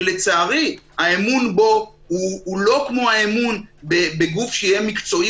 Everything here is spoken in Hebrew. שלצערי האמון בו הוא לא כמו האמון בגוף שיהיה מקצועי